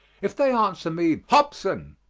if they answer me hobson,